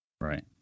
Right